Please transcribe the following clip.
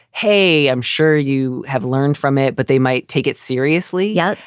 hey, i'm sure you have learned from it, but they might take it seriously. yeah.